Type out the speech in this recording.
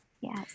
yes